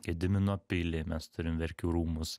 gedimino pilį mes turim verkių rūmus